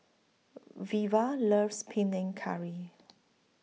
Veva loves Panang Curry